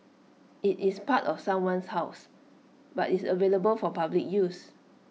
IT is part of someone's house but is available for public use